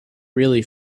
really